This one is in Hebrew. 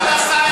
בשנת 2012,